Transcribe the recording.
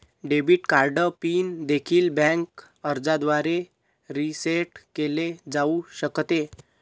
debit card PIN देखील bank अर्जाद्वारे reset केले जाऊ शकते